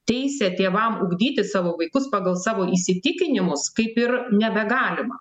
teisė tėvam ugdyti savo vaikus pagal savo įsitikinimus kaip ir nebegalima